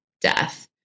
death